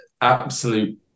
absolute